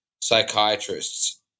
psychiatrists